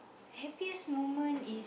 happiest moment is